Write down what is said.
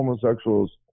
homosexuals